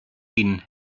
ihnen